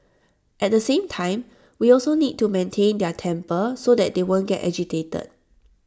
at the same time we also need to maintain their temper so that they won't get agitated